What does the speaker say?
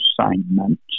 assignments